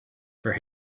for